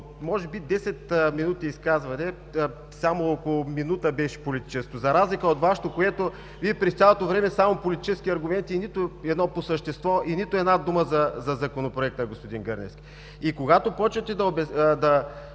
от десет минути изказване само около минута беше политическо. За разлика от Вашето, в което през цялото време имаше само политически аргументи – нито един по същество, и нито една дума за Законопроекта, господин Гърневски. Когато почнете да обвинявате